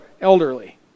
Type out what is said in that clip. elderly